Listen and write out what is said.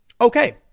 Okay